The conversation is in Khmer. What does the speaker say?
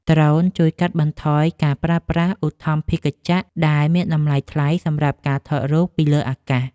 ដ្រូនជួយកាត់បន្ថយការប្រើប្រាស់ឧទ្ធម្ភាគចក្រដែលមានតម្លៃថ្លៃសម្រាប់ការថតរូបពីលើអាកាស។